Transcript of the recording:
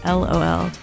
lol